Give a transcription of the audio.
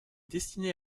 destinée